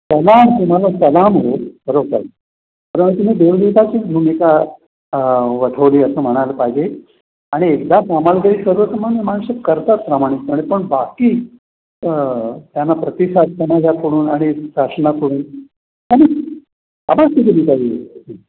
सलाम तुम्हाला सलाम हो खरोखर तेव्हा तुम्ही दोन दिवसाचीच भूमिका वठवली असं म्हणायला पाहिजे आणि एकदा कामाला तरी सर्वसामान्य माणसं करतात प्रामाणिकपणे पण बाकी त्यांना प्रतिसाद समाजाकडून आणि शासनाकडून आणि आपण स्वीकारली पाहिजे